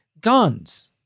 guns